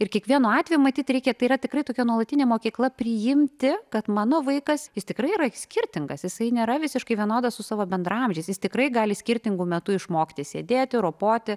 ir kiekvienu atveju matyt reikia tai yra tikrai tokia nuolatinė mokykla priimti kad mano vaikas jis tikrai yra skirtingas jisai nėra visiškai vienodas su savo bendraamžiais jis tikrai gali skirtingu metu išmokti sėdėti ropoti